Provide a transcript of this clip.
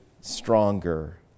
stronger